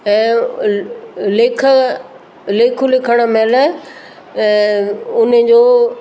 ऐं ले लेख लेखु लिखण महिल उन जो